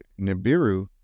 Nibiru